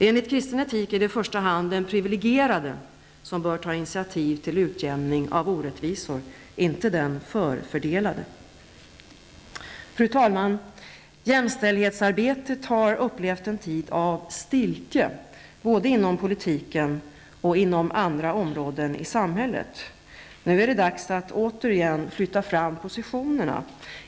Enligt kristen etik är det i första hand den privilegierade som bör ta initiativ till utjämning av orättvisor, inte den förfördelade. Fru talman! Jämställdhetsarbetet har upplevt en tid av stiltje både inom politiken och inom andra områden i samhället. Nu är det dags att återigen flytta fram positionerna.